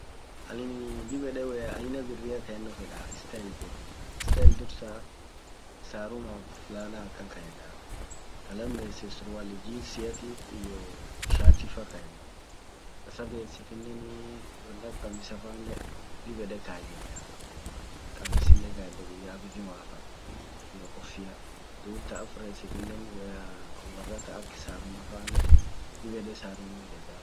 Aninii dib yede waya aina birria kayenno fedaa. style birri. style dursa sarunaf flana akan kayyeda ka lamesit surwali jinsiatif iyo shatifa kayyeda ka sadesitineni won ak qamisafanen dib yede kayyeda. qamisinen kayyede guyya ak jumafa iyo kofia dub ta arfesitinen waya worra ta ak sarunifa nen diib yede sarun hideda woan wor kas jir